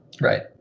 Right